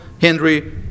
Henry